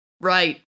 Right